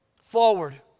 Forward